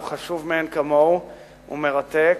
הוא חשוב מאין כמוהו, הוא מרתק,